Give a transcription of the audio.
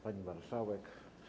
Pani Marszałek!